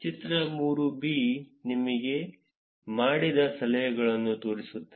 ಚಿತ್ರ 3 ನಿಮಗೆ ಮಾಡಿದ ಸಲಹೆಗಳನ್ನು ತೋರಿಸುತ್ತದೆ